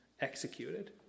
executed